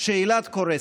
שאילת קורסת.